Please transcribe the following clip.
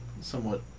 somewhat